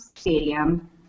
Stadium